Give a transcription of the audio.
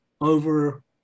over